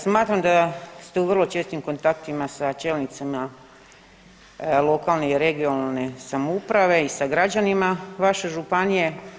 Smatram da ste u vrlo čestim kontaktima sa čelnicima lokalne (regionalne) samouprave i sa građanima vaše županije.